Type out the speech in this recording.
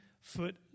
foot